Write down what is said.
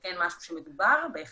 זה כן משהו שמדובר, בהחלט.